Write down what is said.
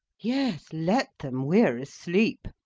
yes, let them we are asleep.